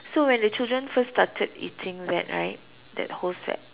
so when the children first started eating that right that whole set